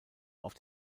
auf